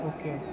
Okay